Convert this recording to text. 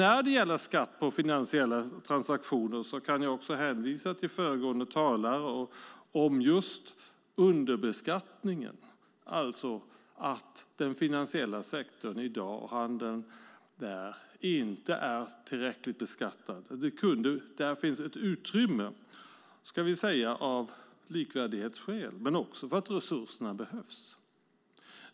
När det gäller skatt på finansiella transaktioner kan jag också hänvisa till vad föregående talare sade om underbeskattningen, det vill säga att handeln i den finansiella sektorn i dag inte är tillräckligt beskattad. Där finns ett utrymme, av likvärdighetsskäl men också för att resurserna behövs.